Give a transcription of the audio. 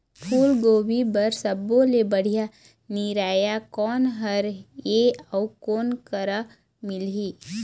फूलगोभी बर सब्बो ले बढ़िया निरैया कोन हर ये अउ कोन करा मिलही?